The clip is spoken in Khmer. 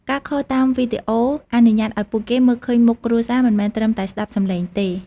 ការខលតាមវីដេអូអនុញ្ញាតឲ្យពួកគេមើលឃើញមុខគ្រួសារ មិនមែនត្រឹមតែស្តាប់សំឡេងទេ។